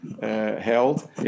held